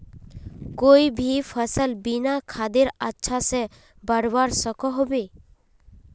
कोई भी सफल बिना खादेर अच्छा से बढ़वार सकोहो होबे?